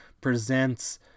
Presents